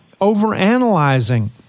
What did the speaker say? overanalyzing